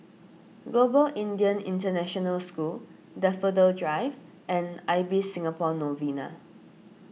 Global Indian International School Daffodil Drive and Ibis Singapore Novena